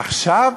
עכשיו,